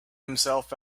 himself